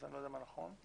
מה נכון?